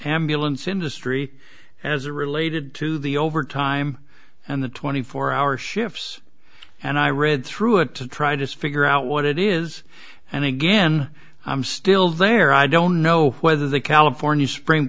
ambulance industry as it related to the overtime and the twenty four hour shifts and i read through it to try to figure out what it is and again i'm still there i don't know whether the california supreme